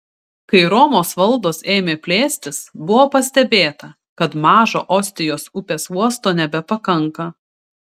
kai romos valdos ėmė plėstis buvo pastebėta kad mažo ostijos upės uosto nebepakanka